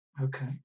okay